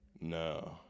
no